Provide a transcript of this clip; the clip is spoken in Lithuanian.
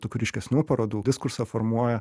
tokių ryškesnių parodų diskursą formuoja